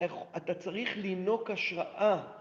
‫אתה צריך לינוק השראה.